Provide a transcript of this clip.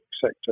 sector